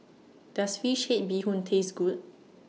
Does Fish Head Bee Hoon Taste Good